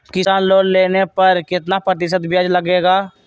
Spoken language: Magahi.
किसान लोन लेने पर कितना प्रतिशत ब्याज लगेगा?